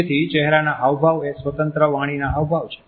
તેથી ચેહરાના હાવભાવ એ સ્વતંત્ર વાણીના હાવભાવ છે